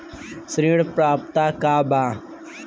ऋण पात्रता का बा?